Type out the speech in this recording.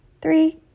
three